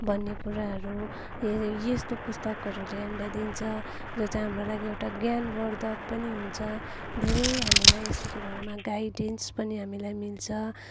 भन्ने कुराहरू हेर यस्तो पुस्तकहरूले हामीलाई दिन्छ जो चाहिँ हाम्रो लागि एउटा ज्ञानवर्धक पनि हुन्छ धेरै हामीलाई यस्तो कुराहरूमा गाइडेन्स पनि हामीलाई मिल्छ